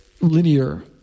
linear